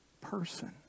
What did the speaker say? person